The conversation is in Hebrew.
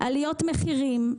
עליות מחירים,